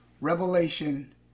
Revelation